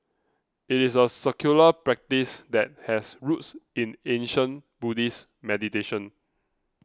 it is a secular practice that has roots in ancient Buddhist meditation